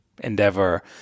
endeavor